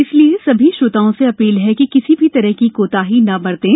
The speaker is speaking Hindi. इसलिए सभी श्रोताओं से अधील है कि किसी भी तरह की कोताही न बरतें